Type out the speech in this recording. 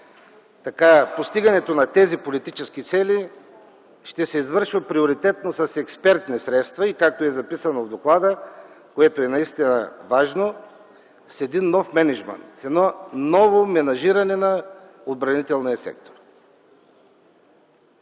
че постигането на тези политически цели ще се извършва приоритетно с експертни средства и, както е записано в доклада, което е наистина важно, с един нов мениджмънт, с едно ново менажиране на отбранителния сектор.